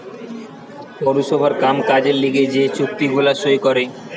পৌরসভার কাম কাজের লিগে যে চুক্তি গুলা সই করে